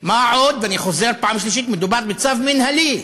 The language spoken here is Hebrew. מה עוד, ואני חוזר פעם שלישית, שמדובר בצו מינהלי.